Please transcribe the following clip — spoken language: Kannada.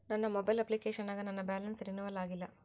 ನನ್ನ ಮೊಬೈಲ್ ಅಪ್ಲಿಕೇಶನ್ ನಾಗ ನನ್ ಬ್ಯಾಲೆನ್ಸ್ ರೀನೇವಲ್ ಆಗಿಲ್ಲ